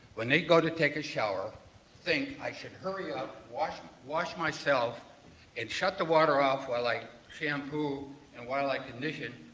when they go to take a shower think i should hurry up, wash wash myself and shut the water off while i shampoo and while i condition.